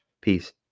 Peace